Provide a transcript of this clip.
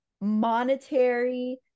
monetary